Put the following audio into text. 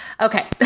Okay